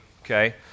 okay